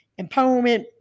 empowerment